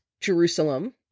Jerusalem